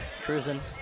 cruising